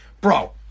Bro